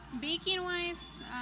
Baking-wise